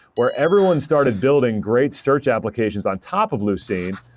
where everyone started building great search applications on top of lucene,